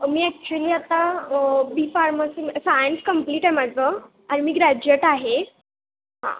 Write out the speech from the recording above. मी actually आता B pharmacy science complete आहे माझं आणि मी ग्रॅज्युएट आहे हां